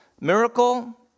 miracle